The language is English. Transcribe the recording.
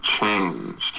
changed